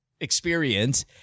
experience